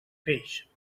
peix